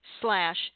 slash